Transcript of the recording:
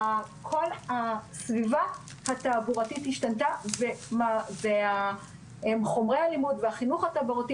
כל הסביבה התעבורתית השתנתה וחומרי הלימוד והחינוך התעבורתי